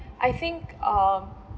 I think um